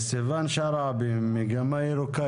סיון שרעבי, מגמה ירוקה,